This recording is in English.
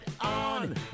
on